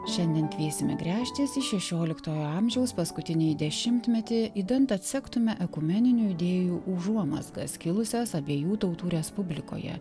šiandien kviesime gręžtis į šešioliktojo amžiaus paskutinįjį dešimtmetį idant atsektume ekumeninių idėjų užuomazgas kilusias abiejų tautų respublikoje